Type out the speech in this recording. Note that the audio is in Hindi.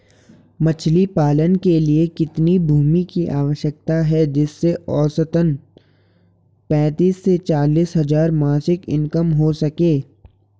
मछली पालन के लिए कितनी भूमि की आवश्यकता है जिससे औसतन पैंतीस से चालीस हज़ार मासिक इनकम हो सके?